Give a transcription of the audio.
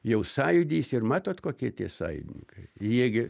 jau sąjūdis ir matot kokie tie sąjūdininkai jie gi